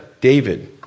David